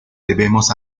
debemos